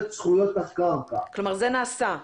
כלומר זה נעשה.